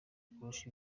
kurusha